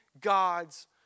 God's